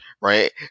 right